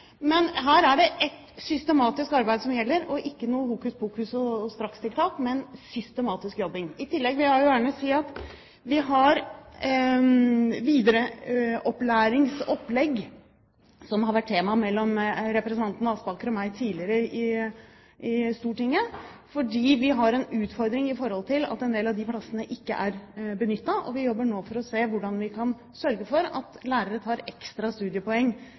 her er det et systematisk arbeid som gjelder, ikke noe hokus pokus og strakstiltak, men systematisk jobbing. I tillegg vil jeg gjerne si at vi har videreutdanningsopplegg, som har vært tema mellom representanten Aspaker og meg tidligere i Stortinget, hvor vi har en utfordring i og med at en del av de plassene ikke er benyttet. Vi jobber nå for å se hvordan vi kan sørge for at lærere tar ekstra studiepoeng